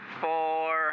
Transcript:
four